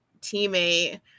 teammate